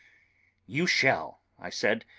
you shall, i said,